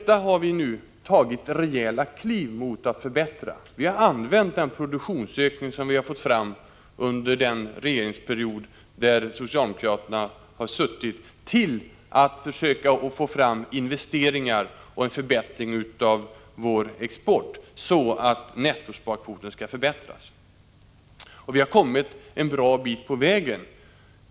Nu har vi tagit ett rejält kliv mot en förbättring. Vi har använt den produktionsökning som vi fått under den period då socialdemokraterna suttit i regeringen till att försöka få fram investeringar och en förbättring av vår export, så att nettosparkvoten förbättras. Och vi har kommit en bra bit på väg.